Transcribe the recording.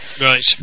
Right